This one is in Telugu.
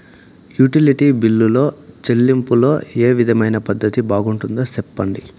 యుటిలిటీ బిల్లులో చెల్లింపులో ఏ విధమైన పద్దతి బాగుంటుందో సెప్పండి?